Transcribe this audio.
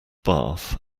bath